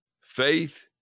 Faith